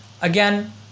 Again